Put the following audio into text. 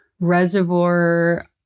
reservoir